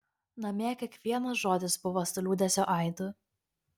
namie kiekvienas žodis buvo su liūdesio aidu